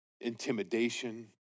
intimidation